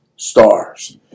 Stars